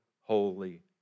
holy